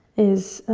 is